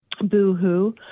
BooHoo